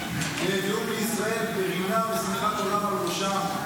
והביאום לישראל ברינה ושמחת עולם על ראשם.